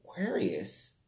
Aquarius